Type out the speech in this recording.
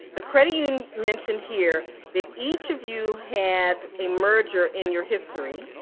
the credit union mentioned here that each of you had a merger in your history.